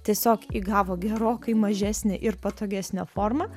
tiesiog įgavo gerokai mažesnę ir patogesnę formą